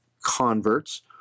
converts